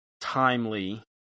timely